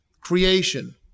creation